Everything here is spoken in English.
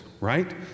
right